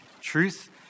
truth